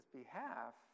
behalf